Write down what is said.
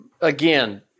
again